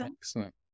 excellent